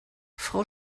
frau